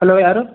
hello ಯಾರು